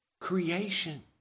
creation